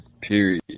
period